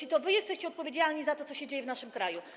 I to wy jesteście odpowiedzialni za to, co się dzieje w naszym kraju.